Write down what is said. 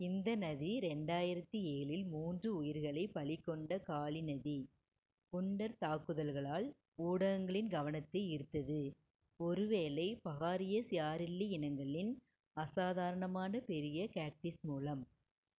இந்த நதி ரெண்டாயிரத்து ஏழில் மூன்று உயிர்களைப் பலிகொண்ட காளி நதி குண்டர் தாக்குதல்களால் ஊடகங்களின் கவனத்தை ஈர்த்தது ஒருவேளை பகாரியஸ் யாரெல்லி இனங்களின் அசாதாரணமான பெரிய கேட்ஃபிஷ் மூலம்